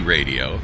Radio